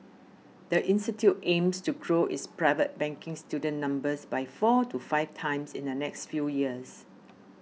the institute aims to grow its private banking student numbers by four to five times in the next few years